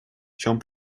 чем